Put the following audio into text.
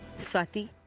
swati